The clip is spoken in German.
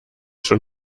schon